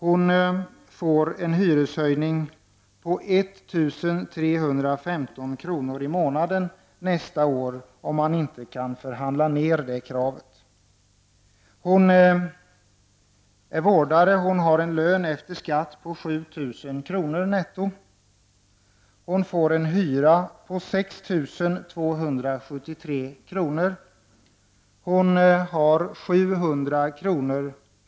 Hon får en hyreshöjning på 1 315 kr. i månaden nästa år, om man inte kan förhandla ner det kravet. Hon är vårdare och har en lön efter skatt på 7 000 kr. Hon får en hyra på 6 273 kr., och hon har då 700 kr.